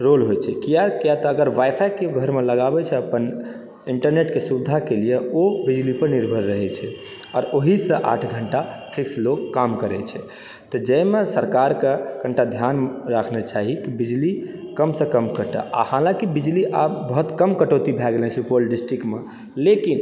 role होइ छै किया कियातऽ अगर वाइफाइ कियो घरमे लगाबै छै अपन इन्टरनेटके सुविधाके लिए ओ बिजलीपर निर्भर रहै छै आओर ओहिसँ आठ घण्टा फिक्स लोग काम करै छै तऽ जाहिमे सरकारके कनिटा ध्यान राखने चाही की बिजली कम सँ कम कटै आओर हालाँकि बिजली आब बहुत कम कटौती भए गेलै हँ सुपौल डिस्ट्रिक्टमे लेकिन